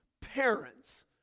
parents